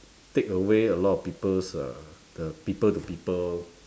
take away a lot of people's uh the people to people